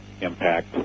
Impact